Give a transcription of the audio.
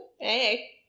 Hey